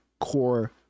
core